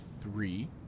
three